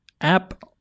app